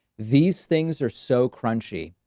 these things are so crunchy.